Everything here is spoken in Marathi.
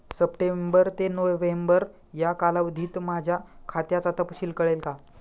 सप्टेंबर ते नोव्हेंबर या कालावधीतील माझ्या खात्याचा तपशील कळेल का?